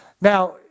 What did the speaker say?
Now